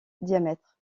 diamètre